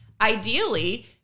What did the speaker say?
ideally